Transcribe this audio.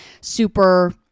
super